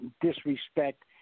disrespect